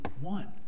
one